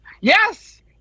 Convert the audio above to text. Yes